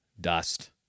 dust